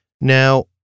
Now